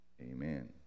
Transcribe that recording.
amen